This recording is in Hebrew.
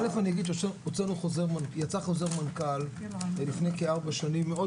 א' אני אגיד שיצא חוזר מנכ"ל לפני כארבע שנים מאוד